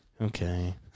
okay